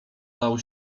lał